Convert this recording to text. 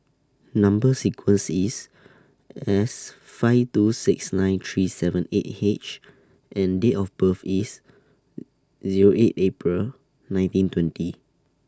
Number sequence IS S five two six nine three seven eight H and Date of birth IS Zero eight April nineteen twenty